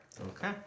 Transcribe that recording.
Okay